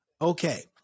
okay